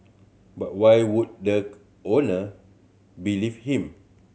but why would the owner believe him